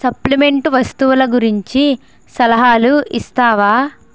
supplement వస్తువుల గురించి సలహాలు ఇస్తావా